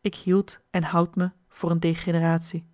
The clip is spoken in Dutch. ik hield en houd me voor een degeneratie